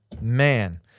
man